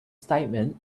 statement